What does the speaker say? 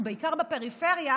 ובעיקר בפריפריה,